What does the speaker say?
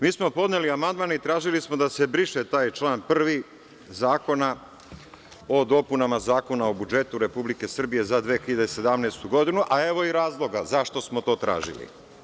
Mi smo podneli amandman i tražili smo da se briše taj član 1. Zakona o dopunama Zakona o budžetu Republike Srbije za 2017. godinu, a evo i razloga zašto smo to tražili.